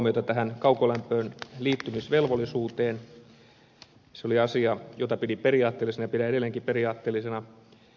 se oli asia jota pidin periaatteellisena ja pidän edelleenkin periaatteellisena